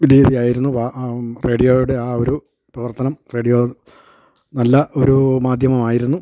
രീതിയായിരുന്നു ആ റേഡിയോയുടെ ആ ഒരു പ്രവർത്തനം റേഡിയോ നല്ല ഒരു മാധ്യമമായിരുന്നു